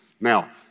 Now